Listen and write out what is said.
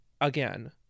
again